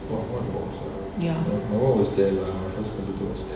ya